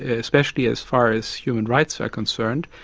especially as far as human rights are concerned,